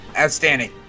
outstanding